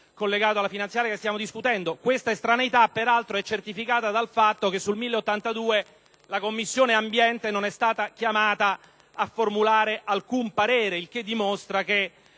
collegato alla finanziaria che stiamo discutendo. Questa estraneita, peraltro, ecertificata dal fatto che sul provvedimento n. 1082 la Commissione ambiente non e stata chiamata a formulare alcun parere, il che dimostra che